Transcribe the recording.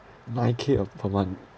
nine K uh per month